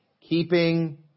keeping